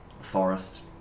forest